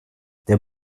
der